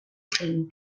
zen